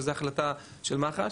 שזו החלטה של מח"ש.